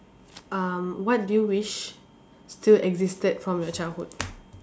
um what do you wish still existed from your childhood